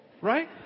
right